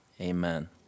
Amen